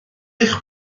eich